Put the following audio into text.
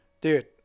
Dude